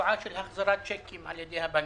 בתופעה של החזרת צ'קים על ידי הבנקים,